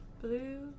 Blue